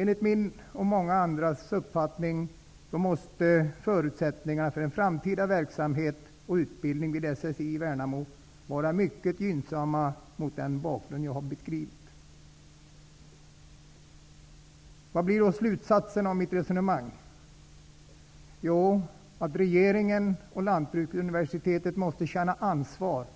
Enligt min och många andras uppfattning måste förutsättningar för en framtida verksamhet och utbildning vid SSI i Värnamo mot den bakgrund som jag här har beskrivit vara mycket gynnsamma. Slutsatsen av mitt resonemang är: regeringen och Lantbruksuniversitetet måste känna ansvaret